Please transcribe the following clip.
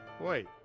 Wait